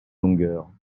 longueur